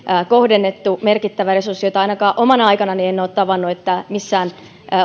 kohdennettu merkittävä resurssi enkä ainakaan omana aikanani ole tavannut että missään